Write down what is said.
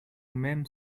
mem